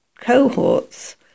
cohorts